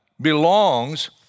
belongs